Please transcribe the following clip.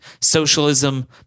socialism